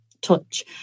touch